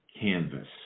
canvas